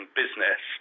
business